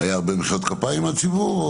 היו הרבה מחיאות כפיים מהציבור?